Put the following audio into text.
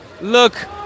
look